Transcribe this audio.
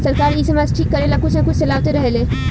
सरकार इ समाज ठीक करेला कुछ न कुछ चलावते रहेले